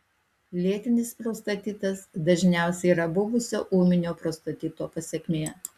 lėtinis prostatitas dažniausiai yra buvusio ūminio prostatito pasekmė